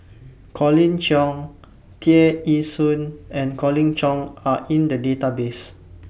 Colin Cheong Tear Ee Soon and Colin Cheong Are in The Database